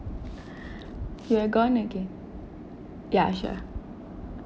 you were gone again ya sure